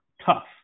tough